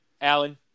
Alan